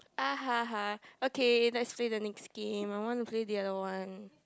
ahaha okay let's play the next game I want to play the other one